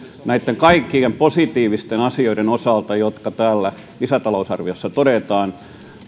näitten kaikkien positiivisten asioiden osalta jotka täällä lisäta lousarviossa todetaan